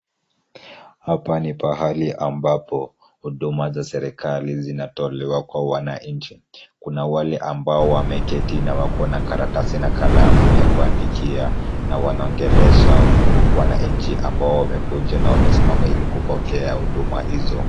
Hapa ni pahali ambapo huduma za serikali zinatolewa kwa wananchi. Kuna wale ambao wameketi na wako na karatasi na kalamu ya kuandikia na wanaongelesha wananchi ambao wamekuja na wamesimama ili kupokea huduma hizo.